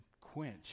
quench